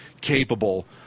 capable